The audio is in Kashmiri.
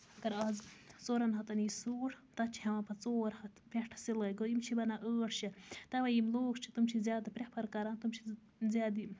اَگر آز ژورَن ہَتَن ییِہِ سوٗٹ تَتھ چھِ ہٮ۪وان پَتہٕ ژور ہَتھ پٮ۪ٹھٕ سِلٲے گوٚو یِم چھِ بَنان ٲٹھ شَتھ تَوے یِم لوٗکھ چھِ تِم چھِ زیادٕ پرٮ۪فر کران تِم چھِ زیادٕ یِم